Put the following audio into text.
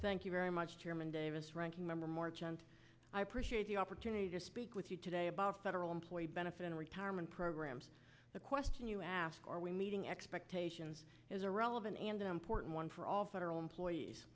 thank you very much chairman davis ranking member march and i appreciate the opportunity to speak with you today about the federal employee benefit in retirement programs the question you asked are we meeting expectations is a relevant and important one for all federal employees